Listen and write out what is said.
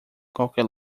qualquer